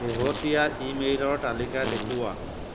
শেহতীয়া ইমেইলৰ তালিকা দেখুওৱা